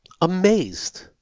amazed